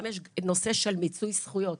יש גם נושא של מיצוי זכויות.